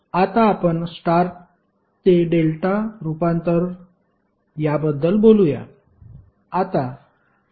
आता आपण स्टार ते डेल्टा रूपांतरण याबद्दल बोलूया